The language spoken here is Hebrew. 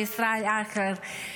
לישראל אייכלר.